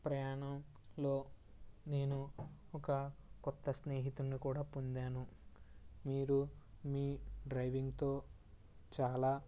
ప్రయాణం లో నేను ఒక కొత్త స్నేహితుణ్ని కూడా పొందాను మీరు మీ డ్రైవింగ్తో చాలా